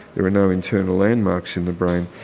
there are no internal landmarks in the brain,